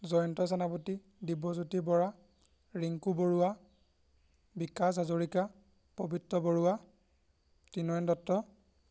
Jayanta Senapati Dibyajyoti Bora Rinku Baruah Bikash Hazarika Pabitra Baruah Trinayan Nayan Dutta